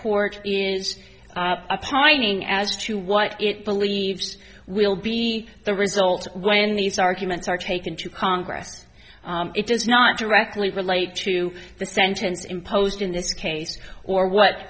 court is a pining as to what it believes will be the result when these arguments are taken to congress it does not directly relate to the sentence imposed in this case or what